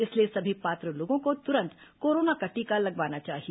इसलिए सभी पात्र लोगों को तुरंत कोरोना का टीका लगवाना चाहिए